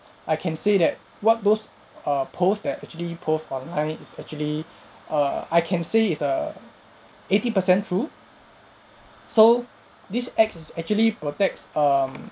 I can say that what those err post that actually post online is actually err I can say is err eighty per cent true so this acts is actually protects um